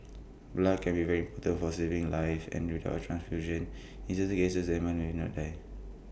blood can be very important for saving lives and without transfusion in certain cases the animal will not date